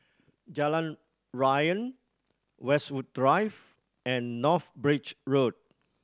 Jalan Riang Westwood Drive and North Bridge Road